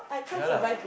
ya lah